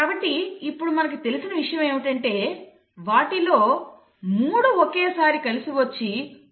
కాబట్టి ఇప్పుడు మనకు తెలిసిన విషయం ఏమిటంటే వాటిలో 3 ఒకేసారి కలిసి వచ్చి ఒక పదానికి కోడ్ చేస్తాయి